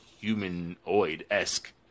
humanoid-esque